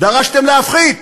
דרשתם להפחית,